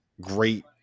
great